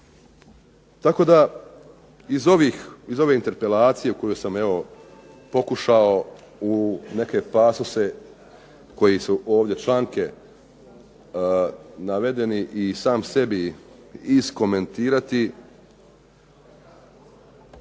Tako da iz ove interpelacije koju sam pokušao u neke pasose koji su ovdje članke navedeni i sam sebi iskomentirati